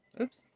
Oops